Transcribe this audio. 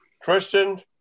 Christian